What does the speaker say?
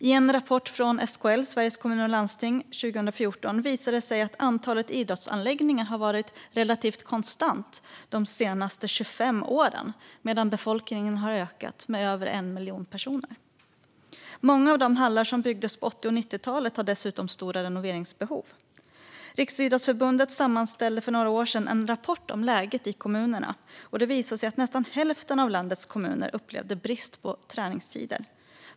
I en rapport från SKL, Sveriges Kommuner och Landsting, 2014 visade det sig att antalet idrottsanläggningar har varit relativt konstant de senaste 25 åren medan befolkningen har ökat med över 1 miljon personer. Många av de hallar som byggdes på 80 och 90-talet har dessutom stora renoveringsbehov. Riksidrottsförbundet sammanställde för några år sedan en rapport om läget i kommunerna. Det visade sig att nästan hälften av landets kommuner upplevde brist på träningstider.